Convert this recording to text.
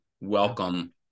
welcome